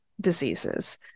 diseases